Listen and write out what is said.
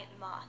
moth